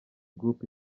group